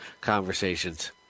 conversations